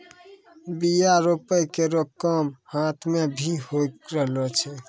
बीया रोपै केरो काम हाथ सें भी होय रहलो छै